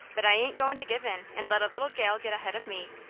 but i ain't goin' to give in, and let a little gal get ahead of me!